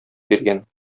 биргән